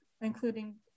including